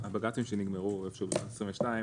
הבג"צים שנגמרו עוד בשנת 22,